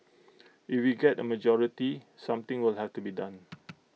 if we get A majority something will have to be done